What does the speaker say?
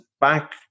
back